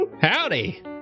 Howdy